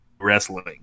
wrestling